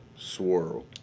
Swirl